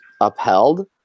upheld